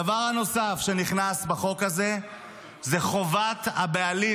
הדבר הנוסף שנכנס בחוק הזה זאת חובת הבעלים